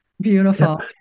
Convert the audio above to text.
beautiful